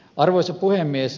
arvoisa puhemies